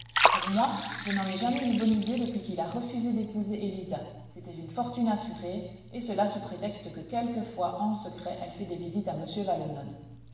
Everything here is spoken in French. pour moi je n'en ai jamais eu bonne idée depuis qu'il a refusé d'épouser élisa c'était une fortune assurée et cela sous prétexte que quelquefois en secret elle fait des visites à m valenod